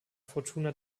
fortuna